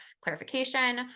clarification